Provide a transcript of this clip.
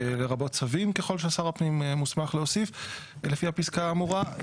לרבות צווים ככל ששר הפנים מוסמך להוסיף לפי הפסקה האמורה,